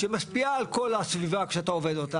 שמשפיעה על כל הסביבה שאתה עובד בה,